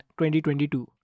2022